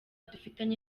dufitanye